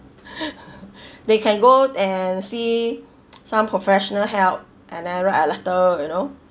they can go and see some professional help an error you know